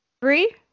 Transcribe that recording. Three